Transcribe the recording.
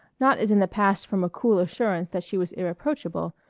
not as in the past from a cool assurance that she was irreproachable,